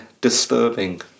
disturbing